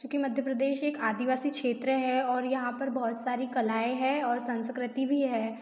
चूँकि मध्य प्रदेश एक आदिवासी क्षेत्र है और यहाँ पर बहुत सारी कलाएँ हैं और संस्कृति भी है